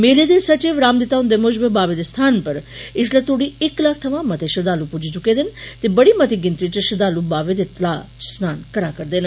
मेले दे सचिव रामदित्ता हुन्दे मुजब बाबे दे स्थान पर इस्सले तोड़ी इक्क लक्ख थमां मते श्रद्दालु पुज्जी चुके दे न ते बड़ी मती गिनतरी च श्रृद्दालू बावे दे तलाऽ च स्नान करा करदे न